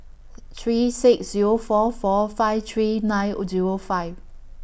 three six Zero four four five three nine O Zero five